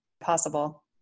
possible